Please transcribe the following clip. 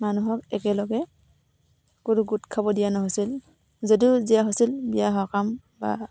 মানুহক একেলগে ক'তো গোট খাব দিয়া নহৈছিল যদিও দিয়া হৈছিল বিয়া সকাম বা